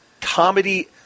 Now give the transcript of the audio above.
comedy